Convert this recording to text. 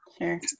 Sure